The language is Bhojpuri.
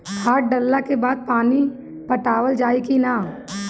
खाद डलला के बाद पानी पाटावाल जाई कि न?